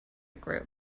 group